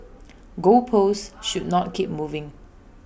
goal posts should not keep moving